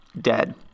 dead